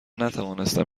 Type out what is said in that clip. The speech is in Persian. نتوانستم